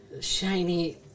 Shiny